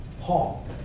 Paul